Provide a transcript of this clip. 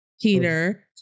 Peter